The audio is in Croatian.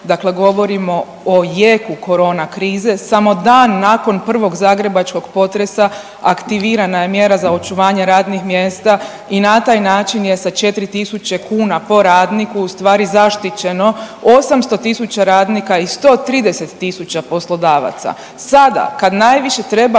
dakle govorimo o jeku korona krize, samo dan nakon prvog zagrebačkog potresa aktivirana je mjera za očuvanje radnih mjesta i na taj način je sa 4000 kuna po radniku ustvari zaštićeno 800 tisuća radnika i 130 tisuća poslodavaca. Sada kad najviše treba